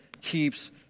keeps